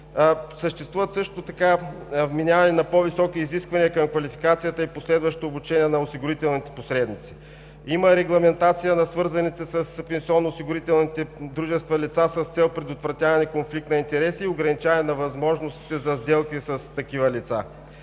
Също така съществува вменяване на по-високи изисквания към квалификацията и последващо обучение на осигурителните посредници. Има регламентация на свързаните с пенсионно-осигурителните дружества лица с цел предотвратяване конфликт на интереси и ограничаване на възможностите за сделки с такива лица.